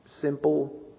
simple